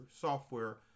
software